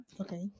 Okay